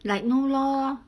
like no law lor